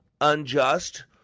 unjust